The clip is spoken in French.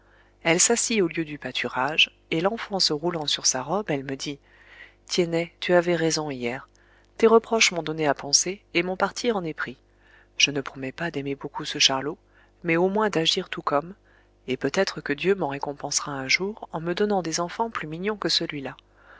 elle s'assit au lieu du pâturage et l'enfant se roulant sur sa robe elle me dit tiennet tu avais raison hier tes reproches m'ont donné à penser et mon parti en est pris je ne promets pas d'aimer beaucoup ce charlot mais au moins d'agir tout comme et peut-être que dieu m'en récompensera un jour en me donnant des enfants plus mignons que celui-là